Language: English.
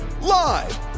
Live